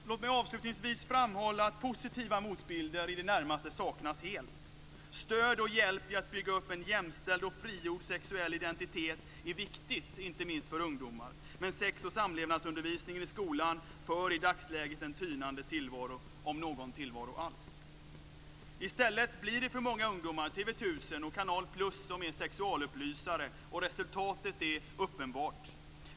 Låt mig avslutningsvis framhålla att positiva motbilder i det närmaste saknas helt. Stöd och hjälp i att bygga upp en jämställd och frigjord sexuell identitet är viktigt inte minst för ungdomar, men sex och samlevnadsundervisningen i skolan för i dagsläget en tynande tillvaro - om det är någon tillvaro alls. I stället blir det för många ungdomar TV 1000 och Canal+ som är sexualupplysare, och resultatet är uppenbart.